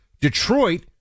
Detroit